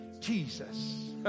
Jesus